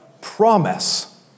promise